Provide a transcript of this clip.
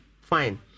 fine